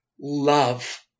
love